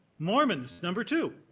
mormons, number two,